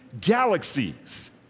galaxies